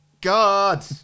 God